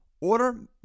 Order